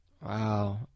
Wow